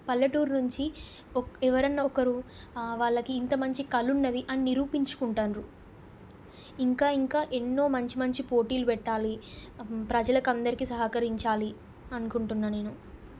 పల్లెటూరు నుంచి ఒక్ ఎవరైనా ఒకరు వాళ్ళకి ఇంత మంచి కళ ఉన్నది అని నిరూపించుకుంటాడ్రు ఇంకా ఇంకా ఎన్నో మంచి మంచి పోటీలు పెట్టాలి ప్రజలకు అందరికీ సహకరించాలి అనుకుంటున్నా నేను